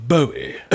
Bowie